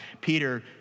Peter